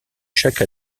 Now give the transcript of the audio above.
chaque